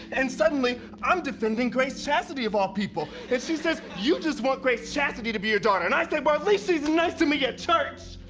and suddenly i'm defending grace chastity of all people, and she says you just want grace chastity to be your daughter! and i said well at least she's and nice to me at church!